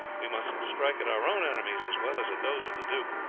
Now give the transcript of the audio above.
we must strike at our own enemies as well as at those of the duke,